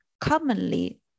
commonly